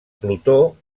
plutó